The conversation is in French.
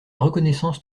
reconnaissance